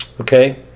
Okay